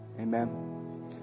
Amen